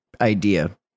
idea